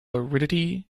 aridity